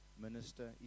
minister